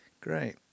Great